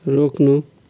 रोक्नु